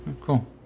Cool